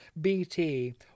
BT